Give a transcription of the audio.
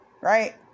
right